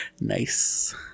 Nice